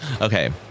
Okay